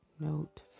Note